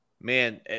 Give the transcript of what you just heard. man